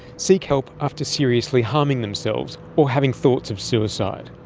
seek help after seriously harming themselves or having thoughts of suicide.